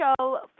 show